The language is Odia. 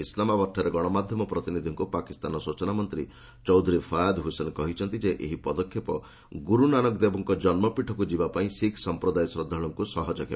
ଇସଲାମାବାଦଠାରେ ଗଣମାଧ୍ୟମ ପ୍ରତିନିଧିଙ୍କୁ ପାକିସ୍ତାନର ସ୍ତଚନାମନ୍ତ୍ରୀ ଚୋଧୁରୀ ଫୟାଦ ହୁସେନ କହିଛନ୍ତି ଯେ ଏହି ପଦକ୍ଷେପ ଗୁରୁନାନକ ଦେବଙ୍କ ଜନ୍ମପୀଠକୁ ଯିବା ପାଇଁ ଶିଖ ସମ୍ପ୍ରଦାୟ ଶ୍ରଦ୍ଧାଳୁଙ୍କୁ ସହଜ ହେବ